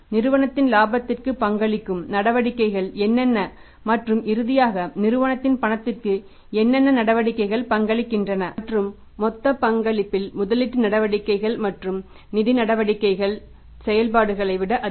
நிறுவனத்தின் இலாபத்திற்கு பங்களிக்கும் நடவடிக்கைகள் என்னென்ன மற்றும் இறுதியாக நிறுவனத்தின் பணத்திற்கு என்னென்ன நடவடிக்கைகள் பங்களிக்கின்றன மற்றும் மொத்த பங்களிப்பில் முதலீட்டு நடவடிக்கைகள் மற்றும் நிதி நடவடிக்கைகள் செயல்பாடுகளை விட அதிகம்